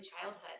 childhood